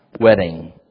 wedding